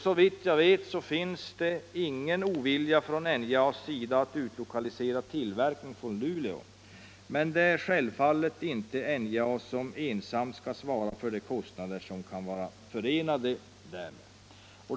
Såvitt jag förstår så finns det ingen ovilja från NJA:s sida att utlokalisera viss tillverkning från Luleå, men NJA skall självfallet inte ensamt svara för de kostnader som kan vara förenade därmed.